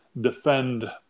defend